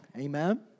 Amen